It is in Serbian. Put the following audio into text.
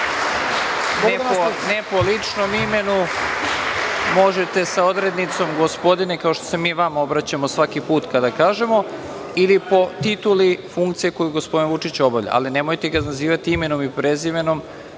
ne po ličnom imenu. Možete sa odrednicom gospodine, kao što se mi vama obraćamo svaki put kada kažemo ili po tituli funkcije koju gospodin Vučić obavlja, ali nemojte ga nazivati imenom i prezimenom